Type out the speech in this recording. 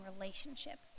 relationship